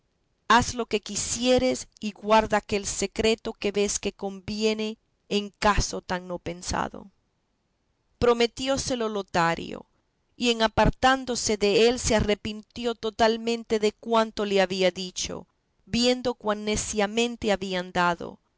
haz lo que quisieres y guarda aquel secreto que ves que conviene en caso tan no pensado prometióselo lotario y en apartándose dél se arrepintió totalmente de cuanto le había dicho viendo cuán neciamente había andado